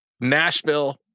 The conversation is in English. Nashville